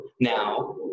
now